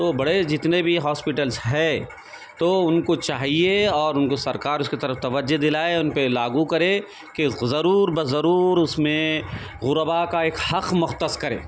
وہ بڑے جتنے بھی ہاسپیٹلس ہے تو ان کو چاہیے اور ان کو سرکار اس کی طرف توجہ دلائے ان پہ لاگو کرے کہ ضرور بہ ضرور اس میں غربا کا ایک حق مختص کرے